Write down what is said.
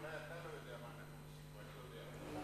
אולי אתה לא יודע מה אנחנו עושים פה,